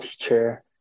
teacher